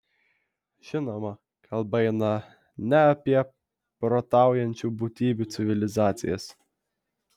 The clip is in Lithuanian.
žinoma kalba eina ne apie protaujančių būtybių civilizacijas